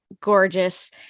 gorgeous